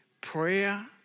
Prayer